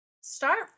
start